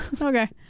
Okay